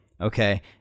okay